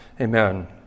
Amen